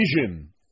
vision